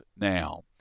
now